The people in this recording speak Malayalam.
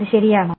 അത് ശരിയാണോ